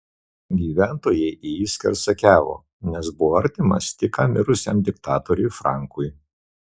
gyventojai į jį skersakiavo nes buvo artimas tik ką mirusiam diktatoriui frankui